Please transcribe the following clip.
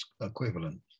equivalent